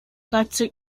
leipzig